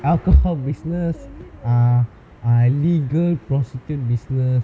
alcohol business ah ah legal prostitute business